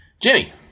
Jimmy